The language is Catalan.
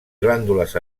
glàndules